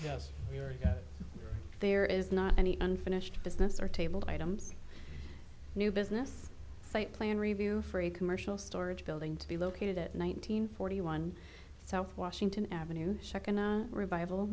yes there is not any unfinished business or table items new business plan review for a commercial storage building to be located at nineteen forty one south washington avenue second revival